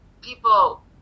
people